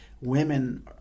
women